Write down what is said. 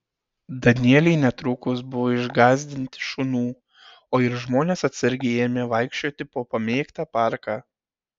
danieliai netrukus buvo išgąsdinti šunų o ir žmonės atsargiai ėmė vaikščioti po pamėgtą parką